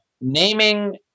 Naming